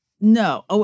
No